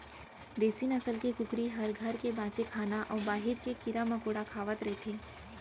देसी नसल के कुकरी हर घर के बांचे खाना अउ बाहिर के कीरा मकोड़ा खावत रथे